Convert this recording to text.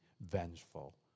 vengeful